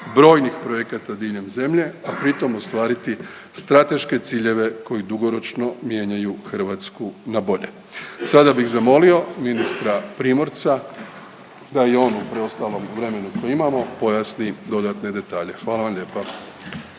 brojnih projekata diljem zemlje, a pritom ostvariti strateške ciljeve koji dugoročno mijenjaju Hrvatsku na bolje. Sada bih zamolio ministra Primorca da i on u preostalom vremenu koje imamo pojasni dodatne detalje. Hvala vam lijepa.